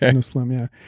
innoslim, yeah.